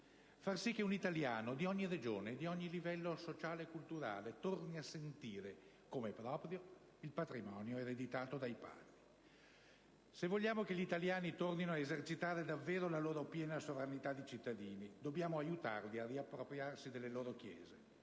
far sì che un italiano, di ogni regione e di ogni livello sociale e culturale, torni a sentire come proprio il patrimonio ereditato dai padri. Se vogliamo che gli italiani tornino ad esercitare davvero la loro piena sovranità di cittadini, dobbiamo aiutarli a riappropriarsi delle loro chiese,